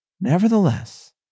nevertheless